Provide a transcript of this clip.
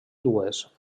dues